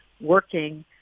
working